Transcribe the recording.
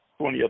20